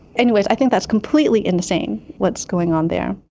anyway, i think that's completely insane, what's going on there.